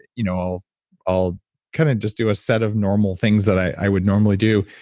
you know i'll i'll kind of just do a set of normal things that i would normally do.